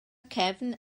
cefn